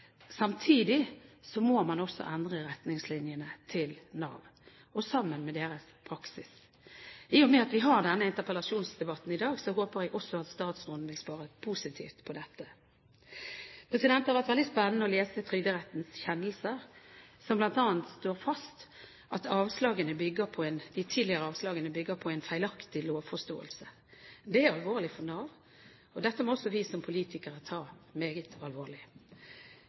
Samtidig må man også endre retningslinjene til Nav, sammen med deres praksis. I og med at vi har denne interpellasjonsdebatten i dag, håper jeg også at statsråden vil svare positivt på dette. Det har vært veldig spennende å lese Trygderettens kjennelser, som bl.a. slår fast at de tidligere avslagene bygger på en feilaktig lovforståelse. Det er alvorlig for Nav, og dette må også vi som politikere ta meget alvorlig.